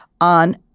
on